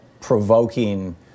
provoking